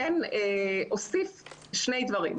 כן אוסיף שני דברים.